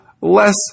less